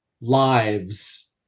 lives